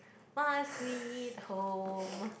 my sweet home